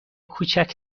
کوچک